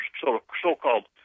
so-called